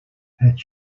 het